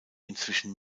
inzwischen